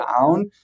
down